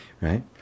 right